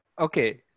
Okay